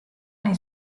nei